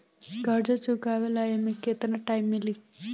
कर्जा चुकावे ला एमे केतना टाइम मिली?